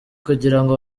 kugirango